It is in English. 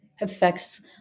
affects